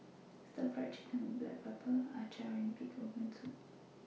Stir Fried Chicken with Black Pepper Acar and Pig Organ Soup